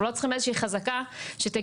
אנחנו לא צריכים איזושהי חזקה שתגיד